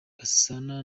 gasana